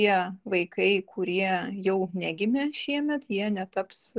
tie vaikai kurie jau negimė šiemet jie netaps